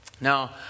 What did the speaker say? Now